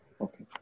Okay